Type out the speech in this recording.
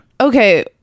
okay